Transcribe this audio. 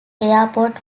airport